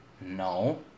No